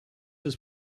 his